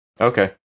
Okay